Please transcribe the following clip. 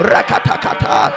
Rakatakata